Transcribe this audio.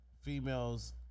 females